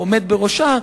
או עומד בראשה,